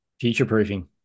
Future-proofing